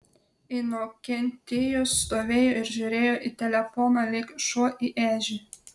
inokentijus stovėjo ir žiūrėjo į telefoną lyg šuo į ežį